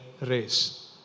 race